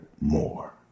more